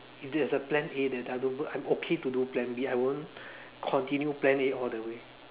if there's a plan A then I don't go I'm okay to do plan B I won't continue plan A all the way